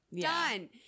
Done